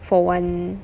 for one